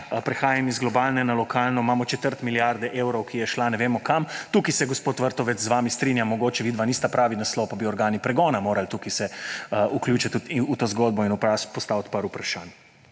prehajam iz globalne na lokalno –četrt milijarde evrov, ki je šla ne vemo kam. Tukaj se, gospod Vrtovec, z vami strinjam. Mogoče vidva nista pravi naslov pa bi se organi pregona morali tukaj vključiti v to zgodbo in postaviti nekaj vprašanj.